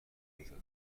ایجاد